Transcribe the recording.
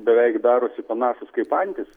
beveik darosi panašūs kaip antys